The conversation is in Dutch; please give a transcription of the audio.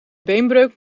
beenbreuk